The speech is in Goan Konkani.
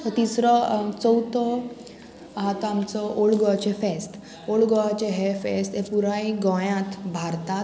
सो तिसरो चवथो आहा तो आमचो ओल्ड गोवाचें फेस्त ओल्ड गोवाचें हें फेस्त हें पुराय गोंयांत भारतांत